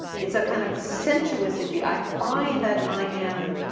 it's a kind of sensuousigy i find that i am,